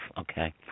Okay